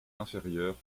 inférieurs